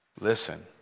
Listen